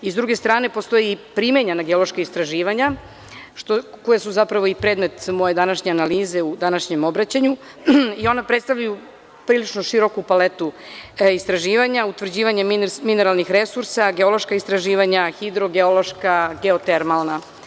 S druge strane postoji primenjena geološka istraživanja, koja su zapravo i predmet sa moje današnje analize u današnjem obraćanju, i ona predstavljaju prilično široku paletu istraživanja, utvrđivanje mineralnih resursa, geoloških istraživanja, hidrogeološka, geotermalna.